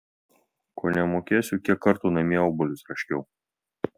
ko nemokėsiu kiek kartų namie obuolius raškiau